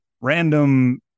random